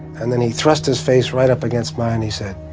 and then he thrust his face right up against mine. he said,